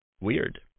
Weird